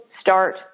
start